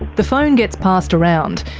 the phone and gets passed around.